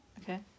Okay